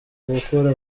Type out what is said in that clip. gukura